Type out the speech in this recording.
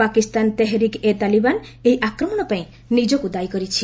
ପାକିସ୍ତାନ ତେହରିକ୍ ଏ ତାଲିବାନ୍ ଏହି ଆକ୍ରମଣ ପାଇଁ ନିଜକ୍ତ ଦାୟୀ କରିଛି